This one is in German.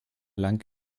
lang